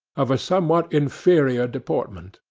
of a somewhat inferior deportment.